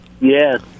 yes